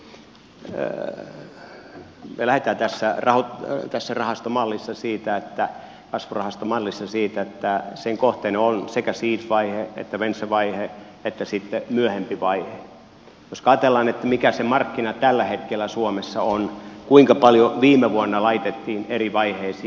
me lähdemme tässä on kyse rahasta mallissa siitä että kasvurahastomallissa siitä että sen kohteena on sekä seed vaihe että venture vaihe että sitten myöhempi vaihe koska ajatellaan mikä se markkina tällä hetkellä suomessa on kuinka paljon viime vuonna laitettiin eri vaiheisiin